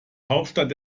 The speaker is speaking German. hauptstadt